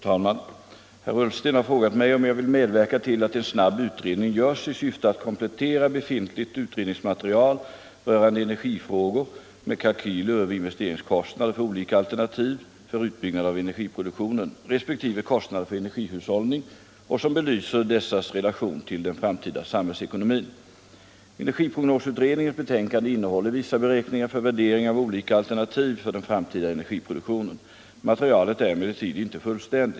Herr talman! Herr Ullsten har frågat mig om jag vill medverka till att en snabb utredning görs i syfte att komplettera befintligt utredningsmaterial rörande energifrågor med kalkyler över investeringskostnader för olika alternativ för utbyggnad av energiproduktionen respektive kostnader för energihushållning och som belyser dessas relation till den framtida samhällsekonomin. Energiprognosutredningens betänkande innehåller vissa beräkningar för värdering av olika alternativ för den framtida energiproduktionen. Materialet är emellertid inte fullständigt.